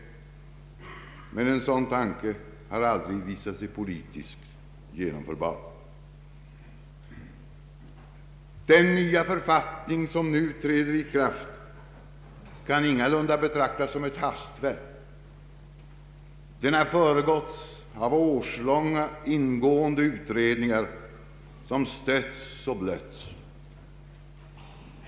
Men en sådan tanke har aldrig visat sig politiskt genomförbar. Den nya författning som nu träder i kraft kan ingalunda betraktas som ett hastverk. Den har föregåtts av årslånga ingående utredningar som stötts och blötts.